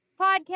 podcast